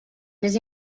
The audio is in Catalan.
més